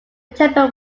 temple